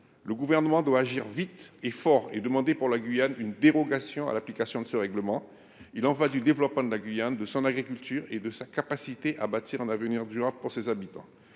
le Gouvernement doit agir vite et fort et demander pour la Guyane une dérogation à l’application de ce règlement. Il y va du développement de la Guyane, de son agriculture et de sa capacité à bâtir un avenir durable pour ses habitants.